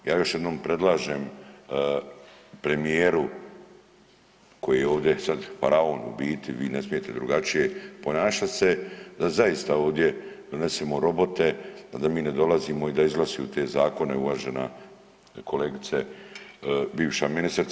Ja još jednom predlažem premijeru koji je ovdje sad faraon u biti, vi ne smijete drugačije ponašati se, da zaista ovdje donesemo robote, da mi ne dolazimo, da izglasaju te zakone uvažena kolegice, bivša ministrice.